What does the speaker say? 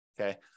okay